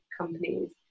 companies